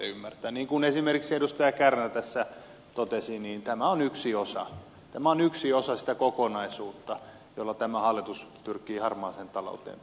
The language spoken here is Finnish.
niin kuin esimerkiksi edustaja kärnä tässä totesi tämä on yksi osa sitä kokonaisuutta jolla tämä hallitus pyrkii harmaaseen talouteen puuttumaan